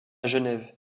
genève